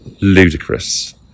ludicrous